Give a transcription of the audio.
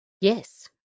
Yes